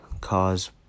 cause